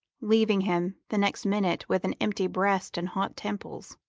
leaving him, the next minute, with an empty breast and hot temples.